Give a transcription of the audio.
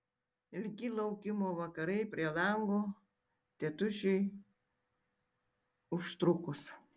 ilgi laukimo vakarai prie lango tėtušiui užtrukus